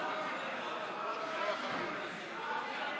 אני מחדש את הישיבה.